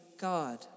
God